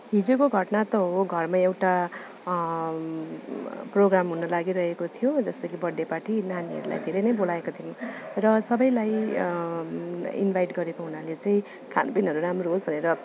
हिजोको घटना त हो घरमा एउटा प्रोग्राम हुन लागिरहेको थियो जस्तो कि बर्थ डे पार्टी नानीहरूलाई धेरै नै बोलाएको थियौँ र सबलाई इनभाइट गरेको हुनाले चाहिँ खानपिनहरू राम्रो होस् भनेर